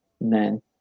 men